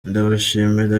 ndabashimira